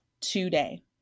Today